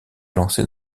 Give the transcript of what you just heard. lancer